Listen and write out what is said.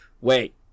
Wait